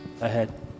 ahead